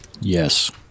Yes